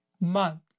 month